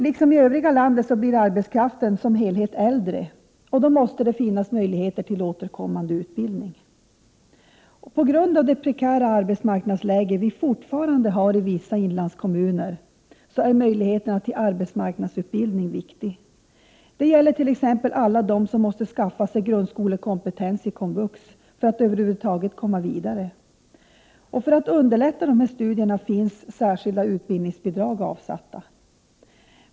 Liksom i övriga landet blir arbetskraften som helhet äldre. Det måste då finnas möjligheter till återkommande utbildning. På grund av det prekära arbetsmarknadsläge som fortfarande råder i vissa inlandskommuner är möjligheten till arbetsmarknadsutbildning viktig. Det gäller t.ex. alla dem som måste skaffa sig grundskolekompetens i komvux för att över huvud taget komma vidare. För att underlätta dessa studier finns särskilda utbildningsbidrag avsatta.